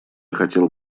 хотел